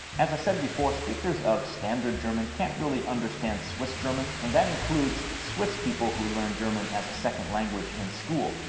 as i said before, speakers of standard german can't really understand swiss german. and that includes swiss people who learn german as a second language in school.